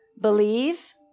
believe